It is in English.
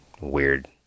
Weird